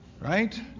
Right